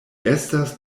estas